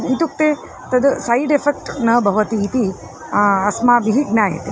इत्युक्ते तद् side effect न भवति इति अस्माभिः ज्ञायते